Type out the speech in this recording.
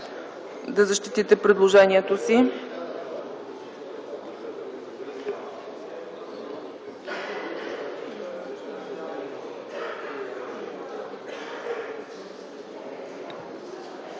да защитите предложението си.